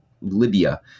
Libya